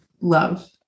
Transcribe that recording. love